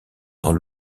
dans